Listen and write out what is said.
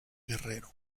guerrero